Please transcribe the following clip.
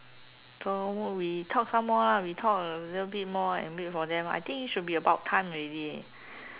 so we talk some more lah we talk a little bit more and wait for them I think is should be about time already